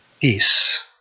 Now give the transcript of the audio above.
Peace